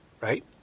right